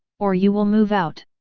or you will move out!